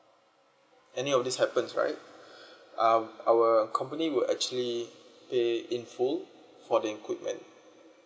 any of this happens right uh our company will actually pay in full for the equipment